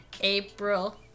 April